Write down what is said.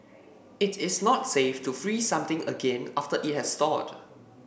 it is not safe to freeze something again after it has thawed